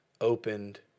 opened